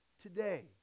today